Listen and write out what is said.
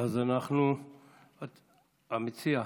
ועדת הפנים.